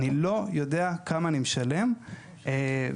אני לא יודע כמה אני משלם והמספר,